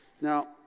Now